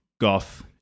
goth